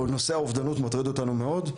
כל נושא האובדנות מטריד אותנו מאוד.